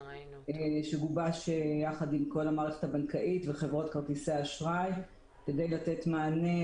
שגובש יחד עם כל המערכת הבנקאית וחברות כרטיסי האשראי כדי לתת מענה